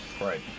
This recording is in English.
Right